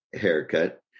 haircut